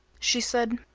she said,